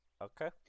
Okay